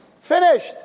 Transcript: finished